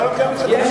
בכלל לא קיים אצלי,